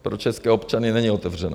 Pro české občany není otevřeno.